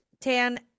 tan